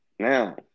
Now